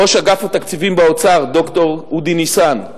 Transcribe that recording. ראש אגף התקציבים באוצר ד"ר אודי ניסן,